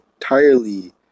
entirely